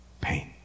pain